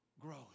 growth